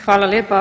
Hvala lijepa.